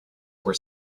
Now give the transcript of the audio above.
were